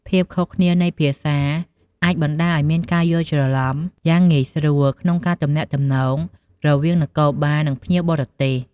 ភាពខុសគ្នានៃភាសាអាចបណ្តាលឲ្យមានការយល់ច្រឡំយ៉ាងងាយស្រួលក្នុងការទំនាក់ទំនងរវាងនគរបាល និងភ្ញៀវបរទេស។